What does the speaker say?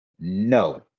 No